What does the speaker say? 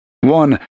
One